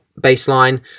baseline